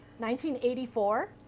1984